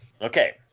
okay